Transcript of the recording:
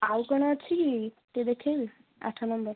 ଆଉ କ'ଣ ଅଛି କି ଟିକେ ଦେଖାଇବେ ଆଠ ନମ୍ବର୍